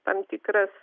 tam tikras